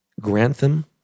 Grantham